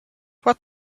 what